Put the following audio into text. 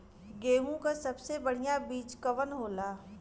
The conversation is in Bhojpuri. गेहूँक सबसे बढ़िया बिज कवन होला?